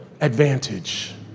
advantage